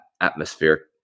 atmosphere